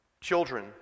Children